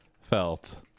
felt